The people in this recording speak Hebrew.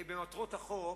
במטרות החוק,